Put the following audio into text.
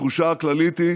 התחושה הכללית היא